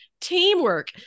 teamwork